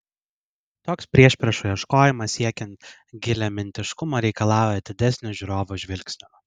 toks priešpriešų ieškojimas siekiant giliamintiškumo reikalauja atidesnio žiūrovo žvilgsnio